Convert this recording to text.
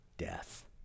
death